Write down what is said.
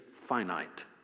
finite